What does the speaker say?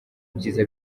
byiza